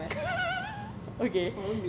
okay